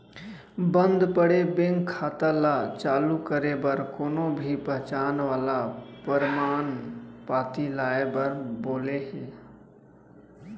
बंद पड़े बेंक खाता ल चालू करे बर कोनो भी पहचान वाला परमान पाती लाए बर बोले हे